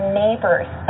neighbors